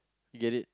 you get it